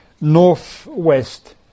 northwest